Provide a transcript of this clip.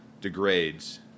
degrades